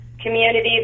communities